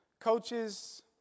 coaches